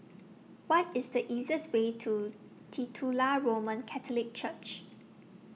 What IS The easiest Way to Titular Roman Catholic Church